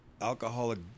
alcoholic